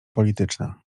polityczna